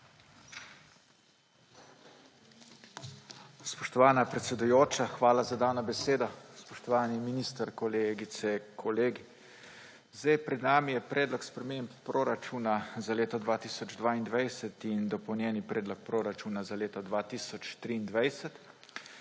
Spoštovana predsedujoča, hvala za dano besedo. Spoštovani minister, kolegice, kolegi! Pred nami je predlog sprememb proračuna za leto 2022 in dopolnjen predlog proračuna za leto 2023.